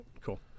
Cool